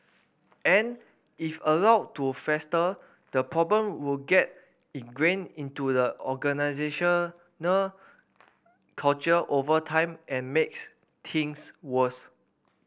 and if allowed to fester the problem would get ingrained into the organisational culture over time and makes things worse